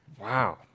Wow